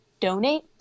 donate